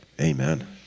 Amen